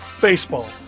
baseball